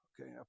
Okay